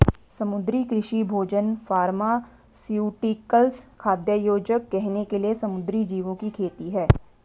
समुद्री कृषि भोजन फार्मास्यूटिकल्स, खाद्य योजक, गहने के लिए समुद्री जीवों की खेती है